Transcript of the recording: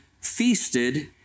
feasted